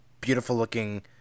beautiful-looking